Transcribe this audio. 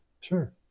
sure